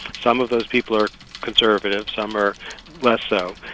some of those people are conservatives, some are less so.